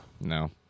No